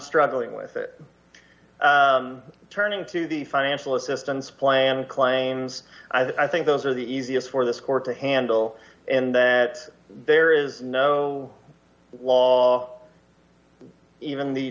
struggling with it turning to the financial assistance plan claims i think those are the easiest for this court to handle and that there is no law even the